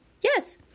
Yes